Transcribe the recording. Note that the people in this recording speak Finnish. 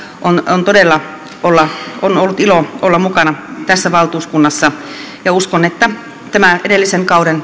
on on todella ollut ilo olla mukana tässä valtuuskunnassa uskon että tämä edellisen kauden